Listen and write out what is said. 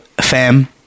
fam